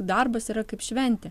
darbas yra kaip šventė